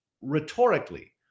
rhetorically